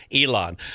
Elon